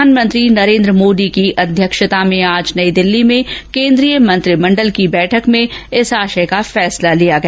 प्रधानमंत्री नरेन्द्र मोदी की अध्यक्षता में आज नई दिल्ली में केन्द्रीय मंत्रिमंडल की बैठक में इस आशय का फैसला लिया गया